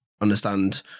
understand